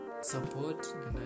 support